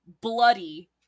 bloody-